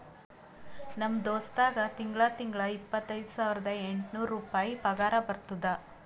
ನಮ್ ದೋಸ್ತ್ಗಾ ತಿಂಗಳಾ ತಿಂಗಳಾ ಇಪ್ಪತೈದ ಸಾವಿರದ ಎಂಟ ನೂರ್ ರುಪಾಯಿ ಪಗಾರ ಬರ್ತುದ್